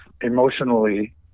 emotionally